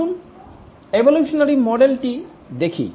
আসুন এভোলিউশনারী মডেলটি দেখি